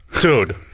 Dude